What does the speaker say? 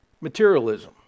materialism